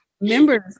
members